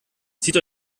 zieht